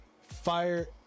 Fire